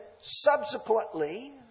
subsequently